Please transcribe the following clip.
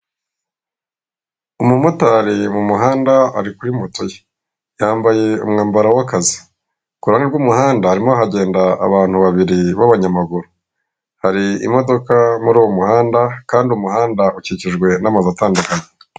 Umumotari mu muhanda ari kuri moto ye yambaye umwambaro w'akazi, ku ruhande rw'umuhanda harimo haragenda abantu babiri b'abanyamaguru, hari imodoka muri uwo muhanda kandi umuhanda ukikijwe n'amazu atandukanye.